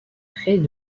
près